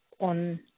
on